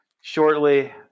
shortly